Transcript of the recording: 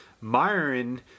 Myron